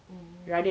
oh